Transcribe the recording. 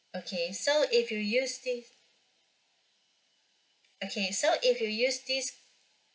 okay so if you use this okay so if you use this